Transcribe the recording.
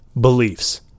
Beliefs